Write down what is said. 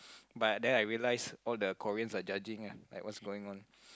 but then I realize all the Koreans are judging lah like what's going on